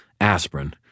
Aspirin